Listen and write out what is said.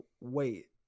wait